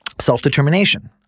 self-determination